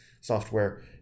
software